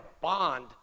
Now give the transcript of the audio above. bond